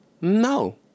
No